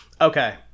Okay